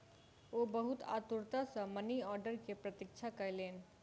ओ बहुत आतुरता सॅ मनी आर्डर के प्रतीक्षा कयलैन